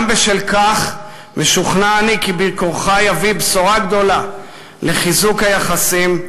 גם בשל כך משוכנע אני כי ביקורך יביא בשורה גדולה לחיזוק היחסים,